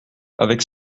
avec